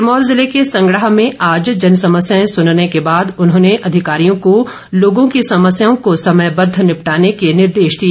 सिरमौर ज़िले के संगड़ाह में आज जनसमस्याएं सुनने के बाद उन्होंने अधिकारियों को लोगों की समस्याओं को समयबद्ध निपटाने के निर्देश दिए